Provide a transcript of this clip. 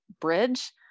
bridge